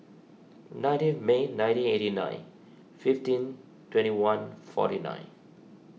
nineteenth May nineteen eighty nine fifteen twenty one forty nine